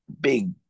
big